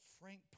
Frank